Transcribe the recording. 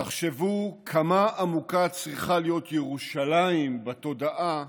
תחשבו כמה עמוקה צריכה להיות ירושלים בתודעה